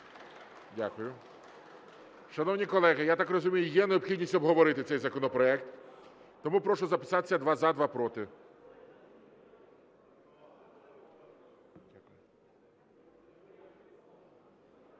Дякую. Шановні колеги, я так розумію, є необхідність обговорити цей законопроект, тому прошу записатись: два – за, два – проти. Слово